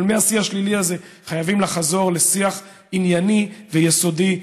אבל מהשיא השלילי הזה חייבים לחזור לשיח ענייני ויסודי,